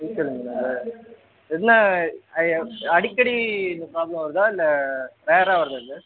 diesel இன்ஜினா sir என்ன அடிக்கடி இந்த பிராப்ளம் வருதா இல்லை ரேர்ராக வருதா சார்